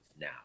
now